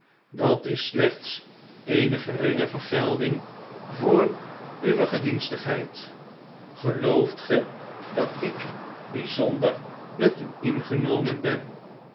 dat is slechts eene geringe vergelding voor uwe gedienstigheid gelooi't ge dat ik bponder met uingenomen ben